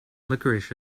licorice